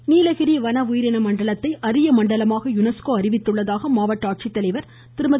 நீலகிரி நீலகிரி வன உயிரின மண்டலத்தை அரிய மண்டலமாக யுனெஸ்கோ அறிவித்துள்ளதாக மாவட்ட ஆட்சித்தலைவர் திருமதி